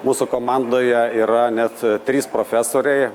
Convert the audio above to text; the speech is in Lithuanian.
mūsų komandoje yra net trys profesoriai